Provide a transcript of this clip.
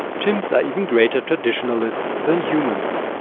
chimps are even greater traditionalists than humans.